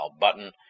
button